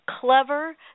clever